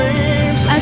dreams